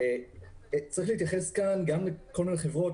צריך להתייחס לכל מיני חברות,